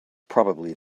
probably